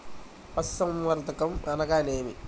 పశుసంవర్ధకం అనగా ఏమి?